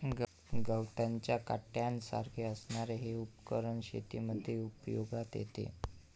गवताच्या काट्यासारख्या असणारे हे उपकरण शेतीमध्ये उपयोगात येते